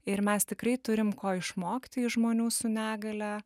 ir mes tikrai turim ko išmokti iš žmonių su negalia